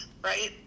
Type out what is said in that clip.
Right